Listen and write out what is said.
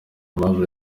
aimable